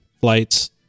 flights